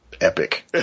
epic